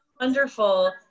wonderful